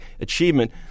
achievement